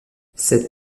cette